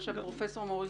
ונראה.